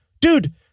Dude